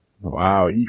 Wow